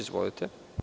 Izvolite.